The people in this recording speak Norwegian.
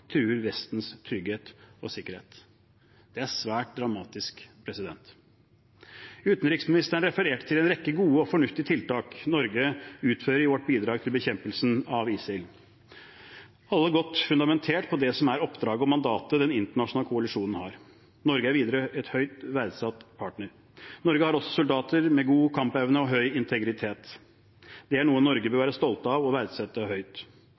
truer Vestens trygghet og sikkerhet. Det er svært dramatisk. Utenriksministeren refererte til en rekke gode og fornuftige tiltak Norge utfører i vårt bidrag til bekjempelsen av ISIL, alle godt fundamentert på det som er oppdraget og mandatet den internasjonale koalisjonen har. Norge er videre en høyt verdsatt partner. Norge har også soldater med god kampevne og høy integritet. Det er noe Norge bør være stolt av og verdsette høyt.